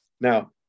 Now